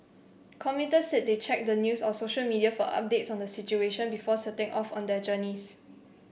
commuters said they checked the news or social media for updates on the situation before setting off on their journeys